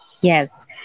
Yes